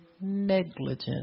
negligent